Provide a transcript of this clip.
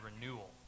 renewal